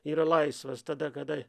yra laisvas tada kada